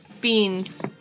Beans